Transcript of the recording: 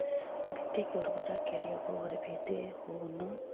मिट्टी के उर्बरक के लिये गोबर भी दे हो न?